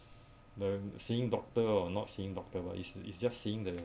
the seeing doctor or not seeing doctor it's it's just seeing the